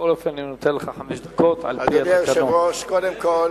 אדוני היושב-ראש, קודם כול,